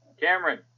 Cameron